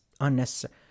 unnecessary